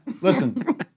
Listen